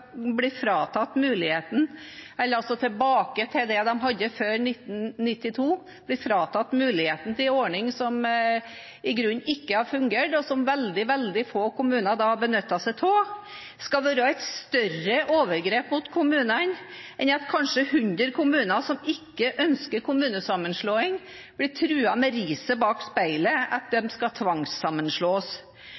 tilbake til det de hadde før 1992, bli fratatt muligheten til en ordning som i grunnen ikke har fungert, og som veldig få kommuner har benyttet seg av, enn at kanskje 100 kommuner som ikke ønsker kommunesammenslåing, blir truet med riset bak speilet: at de skal tvangssammenslås.